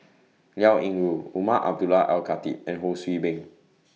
Liao Yingru Umar Abdullah Al Khatib and Ho See Beng